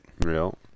real